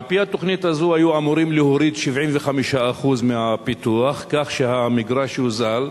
ועל-פי התוכנית הזאת היו אמורים להוריד 75% מהפיתוח כך שהמגרש יוזל,